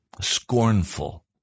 scornful